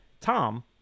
Tom